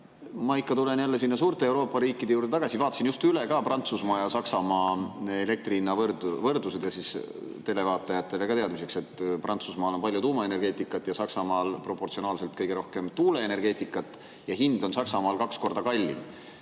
Ma ikka tulen jälle sinna suurte Euroopa riikide juurde tagasi. Vaatasin just üle ka Prantsusmaa ja Saksamaa elektrihinna võrdlused ja ütlen ka televaatajatele teadmiseks, et Prantsusmaal on palju tuumaenergeetikat ja Saksamaal proportsionaalselt kõige rohkem tuuleenergeetikat ning hind on Saksamaal kaks korda kallim.